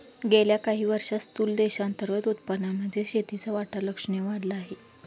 गेल्या काही वर्षांत स्थूल देशांतर्गत उत्पादनामध्ये शेतीचा वाटा लक्षणीय वाढला आहे